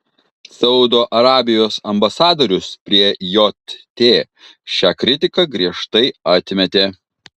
saudo arabijos ambasadorius prie jt šią kritiką griežtai atmetė